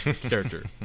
character